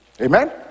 Amen